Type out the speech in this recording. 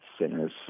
sinners